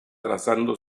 trazando